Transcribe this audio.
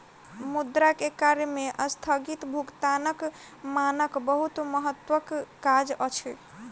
मुद्रा के कार्य में अस्थगित भुगतानक मानक बहुत महत्वक काज अछि